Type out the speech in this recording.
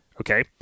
Okay